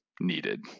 Needed